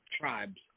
tribes